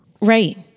Right